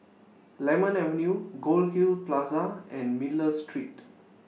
Lemon Avenue Goldhill Plaza and Miller Street